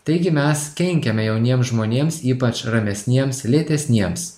taigi mes kenkiame jauniems žmonėms ypač ramesniems lėtesniems